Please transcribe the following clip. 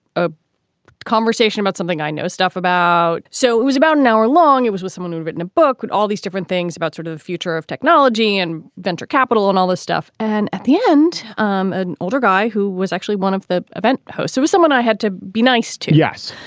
a conversation about something i know stuff about so it was about an hour long. it was with someone who'd written a book with all these different things about sort of the future of technology and venture capital and all this stuff. and at the end, um an older guy who was actually one of the event. so was someone i had to be nice to. yes.